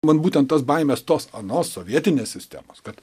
man būtent tas baimės tos anos sovietinės sistemos kad